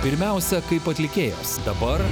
pirmiausia kaip atlikėjos dabar